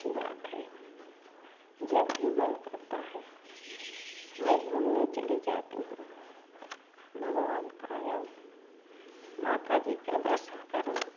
अच्छी बात है जब भी मन करता है मैं घूमने चली जाती हूँ भगवान का आया माता जी का दर्शन करने